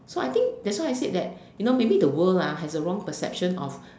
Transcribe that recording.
so I think that's why I said that you know maybe the world lah got the wrong perception of